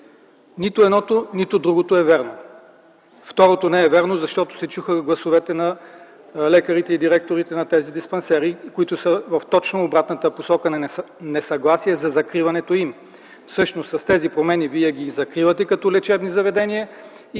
Нито едното, нито другото е вярно. Второто не е вярно, защото се чуха гласовете на лекарите и директорите на тези диспансери, които са в точно обратната посока – на несъгласие за закриването им. Всъщност с тези промени вие ги закривате като лечебни заведения и